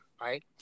right